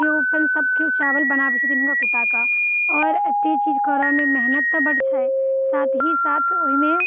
केओ अपन सभ केओ चावल बनाबैत छथिन अपन कुटा कऽ आओर एतेक चीज करऽमे मेहनत तऽ बड्ड छै साथ ही साथ ओहिमे